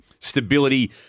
stability